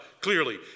clearly